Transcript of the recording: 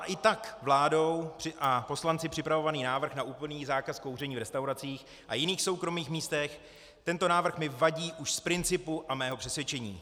I tak vládou a poslanci připravovaný návrh na úplný zákaz kouření v restauracích a jiných soukromých místech tento návrh mi vadí už z principu a mého přesvědčení.